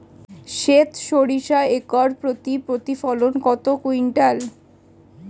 সেত সরিষা একর প্রতি প্রতিফলন কত কুইন্টাল?